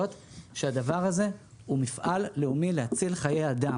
שהדבר הזה הוא מפעל לאומי להצלת חיי אדם.